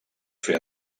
feia